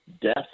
death